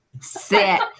Sit